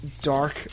dark